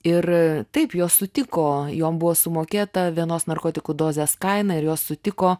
ir taip jos sutiko joms buvo sumokėta vienos narkotikų dozės kaina ir jos sutiko